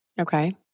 Okay